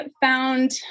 found